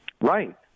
Right